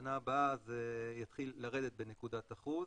ובשנה הבאה זה יתחיל לרדת בנקודת אחוז.